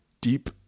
deep